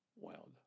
Wild